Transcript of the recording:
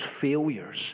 failures